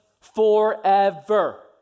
forever